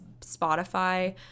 Spotify